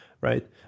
right